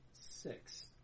Six